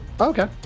Okay